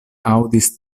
aŭdis